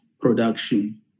production